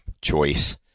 choice